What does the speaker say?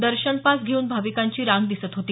दर्शनपास घेउन भाविकांची रांग दिसत होती